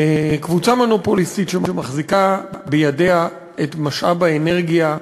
קבוצה מונופוליסטית שמחזיקה בידיה את משאב האנרגיה,